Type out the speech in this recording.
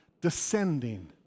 descending